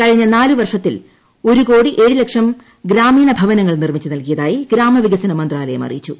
കഴിഞ്ഞ നാലു വർഷത്തിൽ ഒരു കോടി ഏഴ് ലക്ഷം ഗ്രാമീണ് ഭവനങ്ങൾ നിർമ്മിച്ച് നൽകിയതായി ഗ്രാമവികസന മന്ത്രാലയം അറിയിച്ചു